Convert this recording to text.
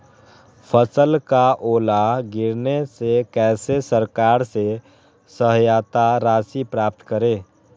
फसल का ओला गिरने से कैसे सरकार से सहायता राशि प्राप्त करें?